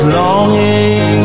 longing